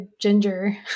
ginger